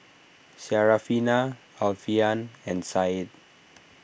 Syarafina Alfian and Said